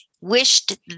wished